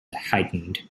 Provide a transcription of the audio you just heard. heightened